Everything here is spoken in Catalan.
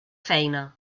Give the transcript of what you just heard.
feina